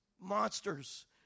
monsters